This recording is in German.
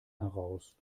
heraus